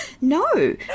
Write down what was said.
no